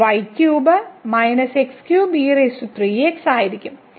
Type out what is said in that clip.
ഈ y3 ആയിരിക്കും